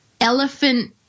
elephant